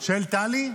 --- של טלי?